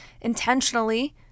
intentionally